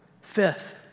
Fifth